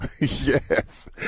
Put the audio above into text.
yes